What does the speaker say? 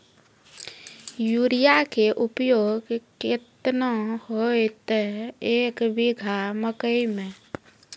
Urea के उपयोग केतना होइतै, एक बीघा मकई मे?